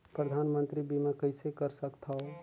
परधानमंतरी बीमा कइसे कर सकथव?